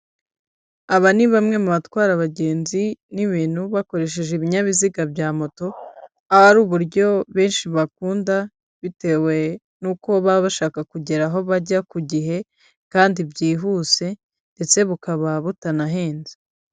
Aba ni bamwe mu batwara abagenzi n'ibintu bakoresheje ibinyabiziga bya moto, ahari uburyo benshi bakunda bitewe n'uko baba bashaka kugera aho bajya ku gihe kandi byihuse ndetse bukaba butanahenze.